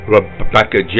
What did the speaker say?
Rebecca